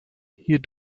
hier